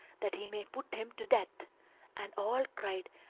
that he may put him to death and all cried,